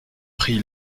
pris